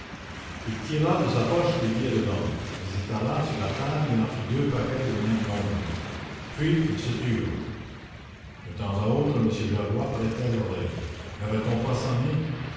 il tira de sa poche les billets de banque les étala sur une table et en fit deux paquets de même nombre puis ils se turent de temps à autre m gerbois prêtait l'oreille navait on pas sonné